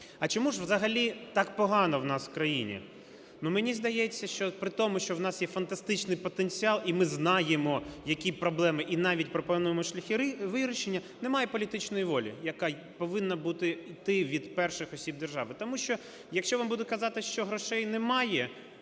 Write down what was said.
А чому ж взагалі так погану у нас в країні? У мені здається, що при тому, що у нас є фантастичний потенціал, і ми знаємо, які проблеми, і навіть пропонуємо шляхи вирішення, немає політичної волі, яка повинна бути йти від перших осіб держави. Тому що, якщо вам будуть казати, що грошей немає…